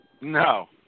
No